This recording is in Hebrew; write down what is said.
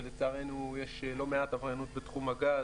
ולצערנו יש לא מעט עבריינות בתחום הגז